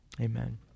Amen